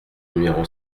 numéro